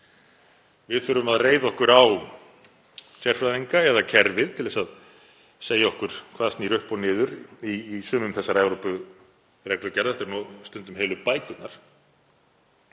Við þurfum að reiða okkur á sérfræðinga eða kerfið til að segja okkur hvað snýr upp og niður í sumum þessara Evrópureglugerða. Stundum koma heilu bækurnar